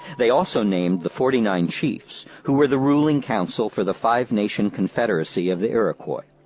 they also named the forty-nine chiefs who were the ruling council for the five nation confederacy of the iroquois.